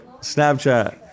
Snapchat